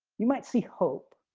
you might see hope.